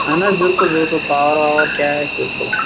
اَہَن حظ بِلکُل بِلکُل پاوَر واوَر کیٛاہ آسہِ بِلکُل